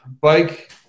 bike